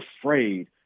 afraid